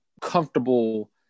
comfortable